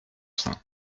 sein